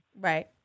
Right